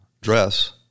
dress